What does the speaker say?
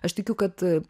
aš tikiu kad